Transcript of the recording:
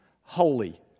holy